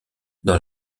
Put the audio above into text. dans